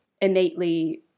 innately